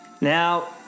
Now